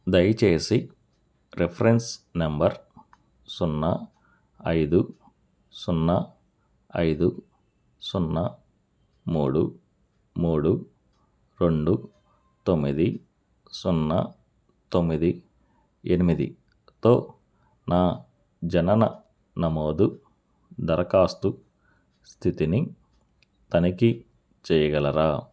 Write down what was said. దయచేసి reference number సున్నా ఐదు సున్నా ఐదు సున్నా మూడు మూడు రెండు తొమ్మిది సున్నా తొమ్మిది ఎనిమిదితో నా జనన నమోదు దరఖాస్తు స్థితిని తనిఖీ చేయగలరా